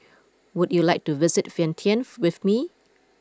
would you like to visit Vientiane with me